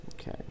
okay